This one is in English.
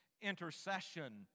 intercession